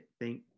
thank